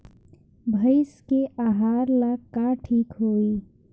भइस के आहार ला का ठिक होई?